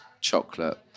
chocolate